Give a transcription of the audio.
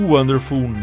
Wonderful